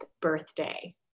birthday